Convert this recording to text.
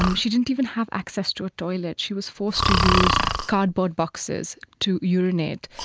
um she didn't even have access to a toilet, she was forced to use cardboard boxes to urinate.